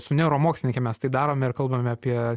su neuromokslininke mes tai darome ir kalbame apie